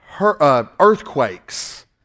earthquakes